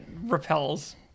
repels